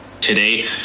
today